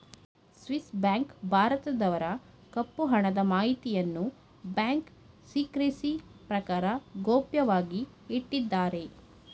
Swiss bank ಭಾರತದವರ ಕಪ್ಪು ಹಣದ ಮಾಹಿತಿಯನ್ನು ಬ್ಯಾಂಕ್ ಸಿಕ್ರೆಸಿ ಪ್ರಕಾರ ಗೌಪ್ಯವಾಗಿ ಇಟ್ಟಿದ್ದಾರೆ